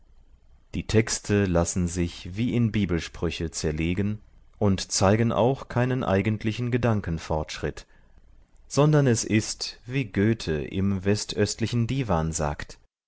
die texte lassen sich wie in bibelsprüche zerlegen und zeigen auch keinen eigentlichen gedankenfortschritt sondern es ist wie goethe im westöstlichen divan sagt